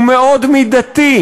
הוא מאוד מידתי.